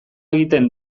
egiten